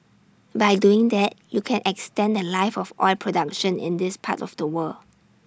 by doing that you can extend The Life of oil production in this part of the world